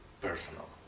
personal